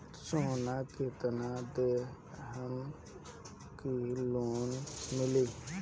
सोना कितना देहम की लोन मिली?